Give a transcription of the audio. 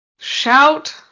shout